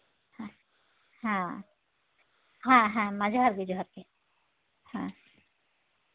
ᱦᱮᱸ ᱦᱮᱸ ᱦᱮᱸ ᱢᱟ ᱡᱚᱦᱟᱨ ᱜᱮ ᱡᱚᱦᱟᱨ ᱜᱮ ᱦᱮᱸ